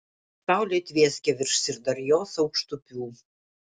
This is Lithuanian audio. saulė tvieskė virš syrdarjos aukštupių